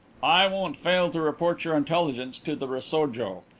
i won't fail to report your intelligence to the rasojo.